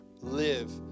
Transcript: live